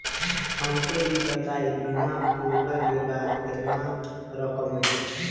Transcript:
हमके ई बताईं बीमा पुरला के बाद केतना रकम मिली?